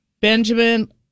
Benjamin